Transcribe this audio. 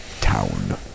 town